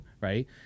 Right